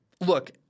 look